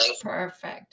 perfect